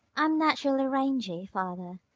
i'm naturally rangey, father.